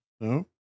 No